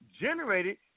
generated